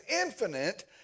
infinite